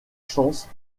chance